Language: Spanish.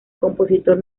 compositor